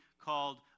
called